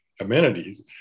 amenities